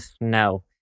No